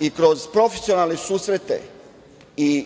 i kroz profesionalne susrete i